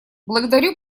благодарю